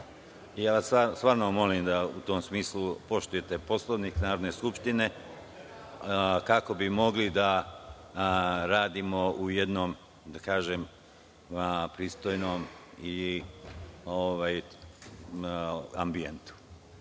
Stvarno vas molim da u tom smislu poštujete Poslovnik Narodne skupštine kako bi mogli da radimo u jednom, da kažem, pristojnom ambijentu. Moram